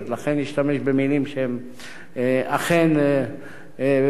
לכן אשמש במלים שהן אכן ראויות.